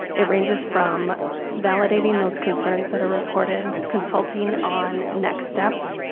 it ranges from validating those concerns that are reported, consulting on next steps,